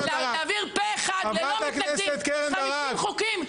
אתם אפשרתם להעביר פה-אחד, ללא מתנגדים 50 חוקים.